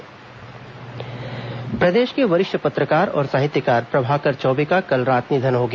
प्रभाकर चौबे निधन प्रदेश के वरिष्ठ पत्रकार और साहित्यकार प्रभाकर चौबे का कल रात निधन हो गया